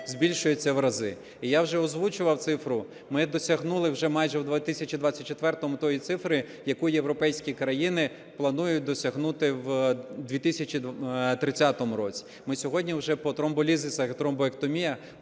збільшується в рази. І я вже озвучував цифру, ми досягнули вже майже в 2024-му тої цифри, яку європейські країни планують досягнути в 2030 році. Ми сьогодні уже по тромболізисах і тромбектоміях